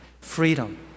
Freedom